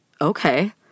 Okay